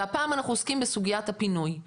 והפעם אנחנו עוסקים בסוגיית הפינוי.